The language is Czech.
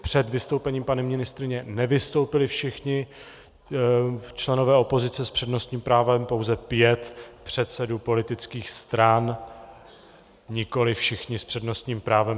Před vystoupením paní ministryně nevystoupili všichni členové opozice s přednostním právem, pouze pět předsedů politických stran, nikoliv všichni s přednostním právem.